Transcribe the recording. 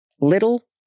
little